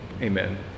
Amen